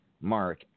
Mark